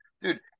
dude